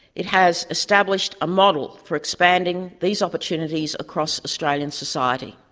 it has established a model for expanding these opportunities across australian society.